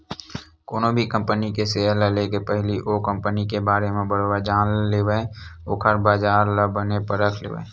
कोनो भी कंपनी के सेयर ल लेके पहिली ओ कंपनी के बारे म बरोबर जान लेवय ओखर बजार ल बने परख लेवय